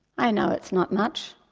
i know it's not much.